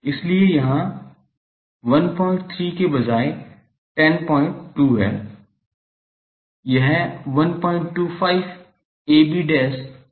इसलिए यहाँ 13 के बजाय 102 है यह 125 ab by lambda not square है